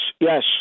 yes